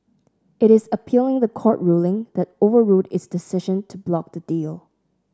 it is appealing the court ruling that overruled its decision to block the deal